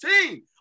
team